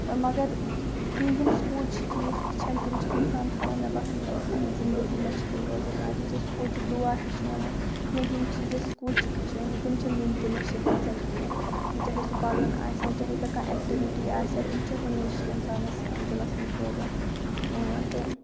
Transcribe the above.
مگر بیٚیہِ یِم سکوٗل چھِ چیٖز ہیٚچھَان تِم چھِ اِنسان تھَاوَان مےٚ باسَان زِندگی منٛز چھِ تِم روزَان یاد یُس اَسہِ سکوٗل چھُکھ دُعا ہیٚچھنومُت یا یِم چیٖز أسۍ سکوٗل چھِ ہیٚچھنٲومٕتۍ تِم چھِنہٕ وٕنۍ تہِ مٔشید گَژھان کِہیٖنۍ چاہے سُہ پَرُن آسیا چاہے سۄ کانٛہہ ایکٹِوِٹی آسیا تِم چھِ ہمیشہِ اِنسانَس دِلَس منٛز روزَان تہٕ